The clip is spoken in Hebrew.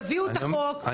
תביאו את החוק,